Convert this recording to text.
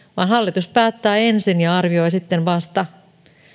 vaan hallitus päättää ensin ja arvioi sitten vasta